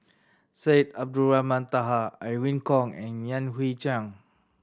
Syed Abdulrahman Taha Irene Khong and Yan Hui Chang